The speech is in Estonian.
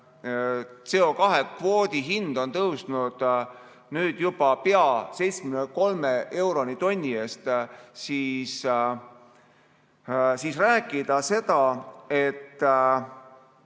CO2kvoodi hind on tõusnud juba pea 73 euroni tonni eest –, siis räägitakse, et